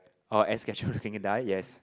oh Ash Ketchum looking guy yes